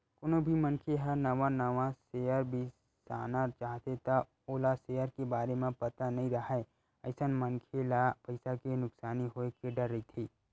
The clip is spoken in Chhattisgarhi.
कोनो भी मनखे ह नवा नवा सेयर बिसाना चाहथे त ओला सेयर के बारे म पता नइ राहय अइसन मनखे ल पइसा के नुकसानी होय के डर रहिथे